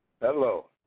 Hello